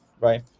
right